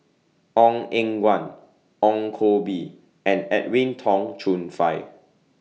Ong Eng Guan Ong Koh Bee and Edwin Tong Chun Fai